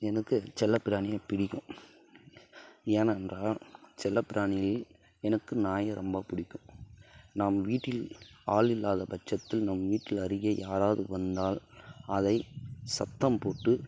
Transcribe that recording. எனக்கு செல்ல பிராணியை பிடிக்கும் ஏனென்றால் செல்ல பிராணியில் எனக்கு நாயை ரொம்ப பிடிக்கும் நம் வீட்டில் ஆள் இல்லாத பட்சத்தில் நம் வீட்டில் அருகே யாராவது வந்தால் அதை சத்தம் போட்டு